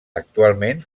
actualment